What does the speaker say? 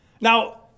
Now